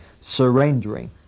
surrendering